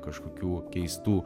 kažkokių keistų